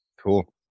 Cool